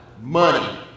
Money